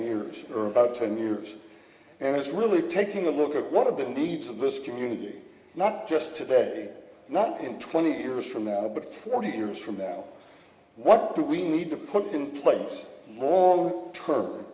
years for about ten years and is really taking a look at one of the needs of this community not just today not in twenty years from now but forty years from now what do we need to put in place